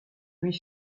lui